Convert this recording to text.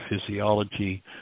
physiology